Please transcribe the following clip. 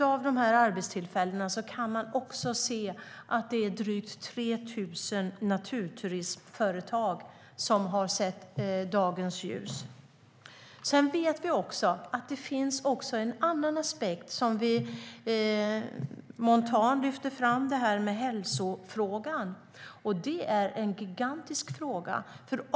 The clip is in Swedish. Av de arbetstillfällena kan man nämligen se att drygt 3 000 naturturismföretag har sett dagens ljus. Vi vet också att det finns en annan aspekt. Montan lyfter fram hälsofrågan, och det är en gigantisk fråga.